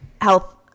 health